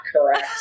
correct